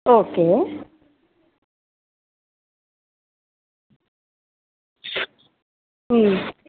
okay